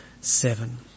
seven